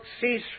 cease